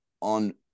on